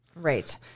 Right